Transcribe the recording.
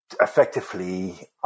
effectively